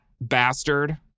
bastard